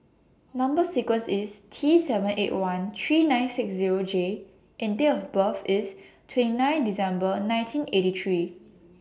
Number sequence IS T seven eight one three nine six Zero J and Date of birth IS twenty nine December nineteen eighty three